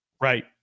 Right